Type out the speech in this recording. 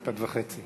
משפט וחצי.